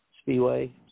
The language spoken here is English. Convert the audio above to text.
Speedway